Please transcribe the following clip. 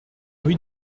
rue